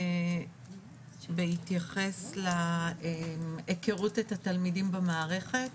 בהתייחס להיכרות את התלמידים במערכת,